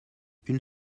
une